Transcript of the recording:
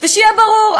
ושיהיה ברור,